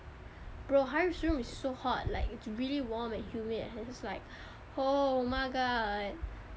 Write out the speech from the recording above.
bro harith room is so hot like it's really warm and humid and has like oh my god